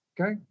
Okay